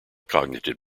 cognitive